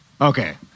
Okay